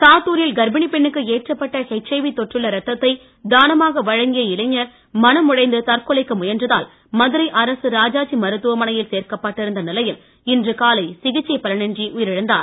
சாத்தூரில் கர்ப்பிணி பெண்ணுக்கு ஏற்றப்பட்ட ஹெச்ஐவி தொற்றுள்ள இரத்தத்தை தானமாக வழங்கிய இளைஞர் மனமுடைந்து தற்கொலைக்கு முயன்றதால் மதுரை அரசு ராஜாஜி மருத்துவமனையில் சேர்க்கப்பட்டிருந்த நிலையில் இன்று காலை சிகிச்சை பலனின்றி உயிரிழந்தார்